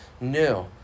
new